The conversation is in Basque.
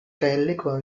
kaleko